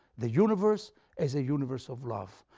the universe as a universe of love,